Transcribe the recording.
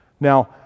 Now